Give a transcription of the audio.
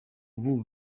ubu